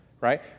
right